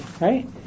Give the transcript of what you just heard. right